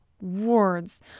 words